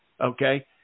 okay